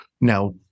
Now